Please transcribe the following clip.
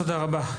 תודה רבה.